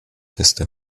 sister